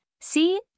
See